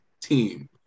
team